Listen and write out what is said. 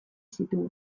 zituen